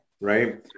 right